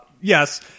Yes